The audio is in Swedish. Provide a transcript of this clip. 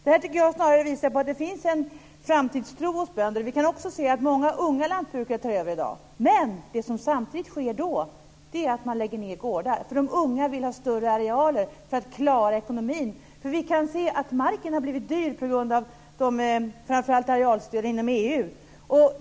Det här tycker jag snarare visar på att det finns en framtidstro hos bönder. Vi kan också se att många unga lantbrukare tar över i dag. Men det som samtidigt sker då är att man lägger ned gårdar, för de unga vill ha större arealer för att klara ekonomin. Vi kan nämligen se att marken har blivit dyr på grund av framför allt arealstöd inom EU.